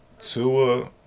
Tua